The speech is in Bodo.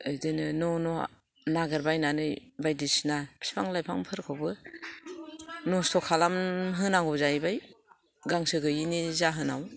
बिदिनो न' न' नागिरबायनानै बायदिसिना फिफां लायफांफोरखौबो नस्थ' खालाम होनांगौ जाहैबाय गांसो गैयैनि जाहोनाव